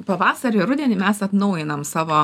pavasarį rudenį mes atnaujinam savo